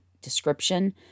description